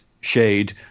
shade